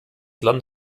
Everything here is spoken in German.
land